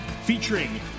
featuring